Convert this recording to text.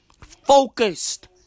focused